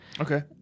Okay